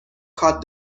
cut